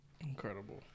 Incredible